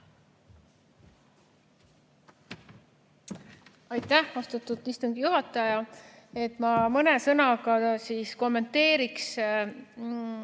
Aitäh, austatud istungi juhataja! Ma mõne sõnaga kommenteeriks